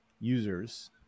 users